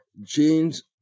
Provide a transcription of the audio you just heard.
genes